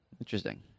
interesting